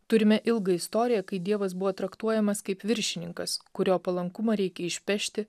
turime ilgą istoriją kai dievas buvo traktuojamas kaip viršininkas kurio palankumą reikia išpešti